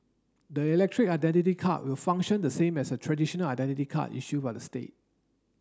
the electronic identity card will function the same as a traditional identity card issued by the state